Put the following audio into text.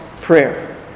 prayer